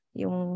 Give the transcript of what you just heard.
yung